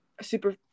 super